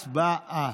הצבעה.